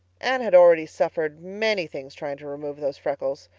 anne had already suffered many things trying to remove those freckles.